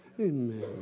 Amen